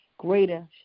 Greater